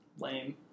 lame